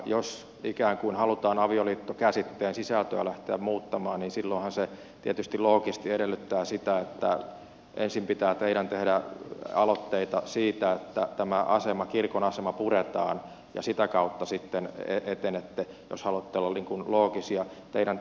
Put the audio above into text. jos ikään kuin halutaan avioliittokäsitteen sisältöä lähteä muuttamaan niin silloinhan se tietysti loogisesti edellyttää sitä että ensin pitää teidän tehdä aloitteita siitä että tämä kirkon asema puretaan ja sitä kautta sitten etenette jos haluatte olla loogisia